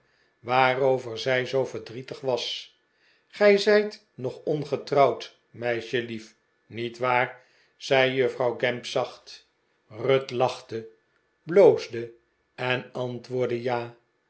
waarover zij zoo verdrietig was gij zijt nog ongetrouwd meisjelief niet waar zei juffrouw gamp zacht ruth lachte bloosde en antwoordde ja